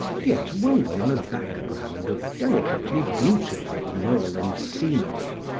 yet woven on a background of delicately beautiful, moorland scenery,